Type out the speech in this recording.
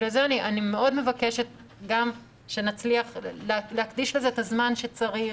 לכן אני מבקשת מאוד שנצליח להקדיש לזה את הזמן שצריך.